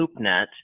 LoopNet